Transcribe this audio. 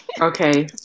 Okay